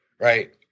right